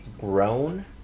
grown